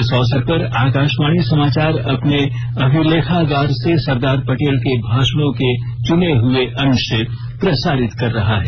इस अवसर पर आकाशवाणी समाचार अपने अभिलेखागार से सरदार पटेल के भाषणों के चुने हुए अंश प्रसारित कर रहा है